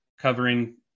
covering